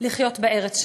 לחיות בארץ שלנו.